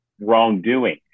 wrongdoing